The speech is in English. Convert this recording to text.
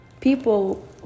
people